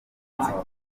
udutsiko